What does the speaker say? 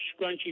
scrunchy